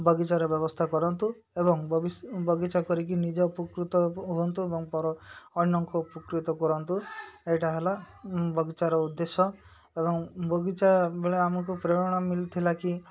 ବଗିଚାର ବ୍ୟବସ୍ଥା କରାନ୍ତୁ ଏବଂ ବଗିଚା କରିକି ନିଜେ ଉପକୃତ ହୁଅନ୍ତୁ ଏବଂ ପର ଅନ୍ୟଙ୍କୁ ଉପକୃତ କରାନ୍ତୁ ଏଇଟା ହେଲା ବଗିଚାର ଉଦ୍ଦେଶ୍ୟ ଏବଂ ବଗିଚା ବେଳେ ଆମକୁ ପ୍ରେରଣା ମିଳିଥିଲା କି